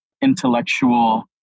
intellectual